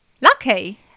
Lucky